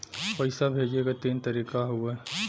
पइसा भेजे क तीन तरीका हउवे